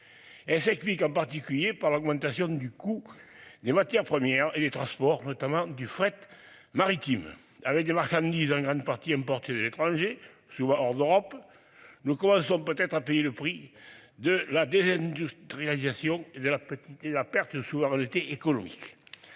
Elle s'explique en particulier par l'augmentation du coût des matières premières et les transports notamment du fret maritime avec des marchandises en grande partie importés de l'étranger soit hors d'Europe. Nous commençons peut-être à payer le prix de la désindustrialisation et de la petite et la perte de souveraineté écolo.